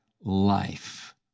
life